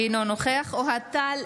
אינו נוכח אוהד טל,